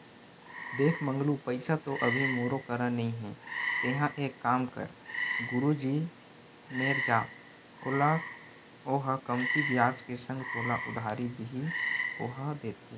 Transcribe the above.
देख मंगलू पइसा तो अभी मोरो करा नइ हे तेंहा एक काम कर गुरुजी मेर जा ओहा कमती बियाज के संग तोला उधारी दिही ओहा देथे